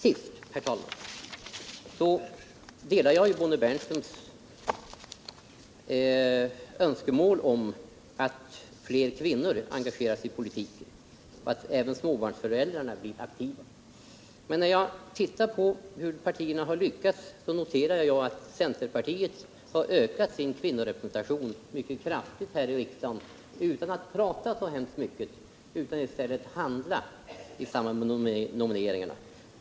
Slutligen, herr talman, delar jag Bonnie Bernströms önskemål om att fler kvinnor engagerar sig i politiken och att även småbarnsföräldrar blir aktiva. Och när jag ser på hur partierna lyckats noterar jag att centerpartiet har ökat sin kvinnorepresentation mycket kraftigt här i riksdagen utan att prata så mycket men i stället handla i samband med nomineringarna.